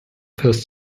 first